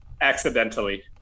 Accidentally